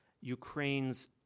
Ukraine's